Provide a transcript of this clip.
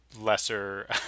lesser